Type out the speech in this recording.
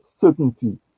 certainty